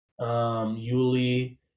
Yuli